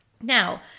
Now